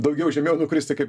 daugiau žemiau nukristi kaip